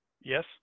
yes